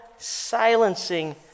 silencing